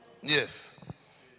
Yes